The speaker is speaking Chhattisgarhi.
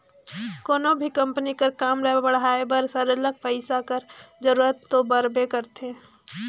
कोनो भी कंपनी कर काम ल बढ़ाए बर सरलग पइसा कर जरूरत दो परबे करथे